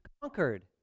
conquered